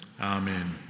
Amen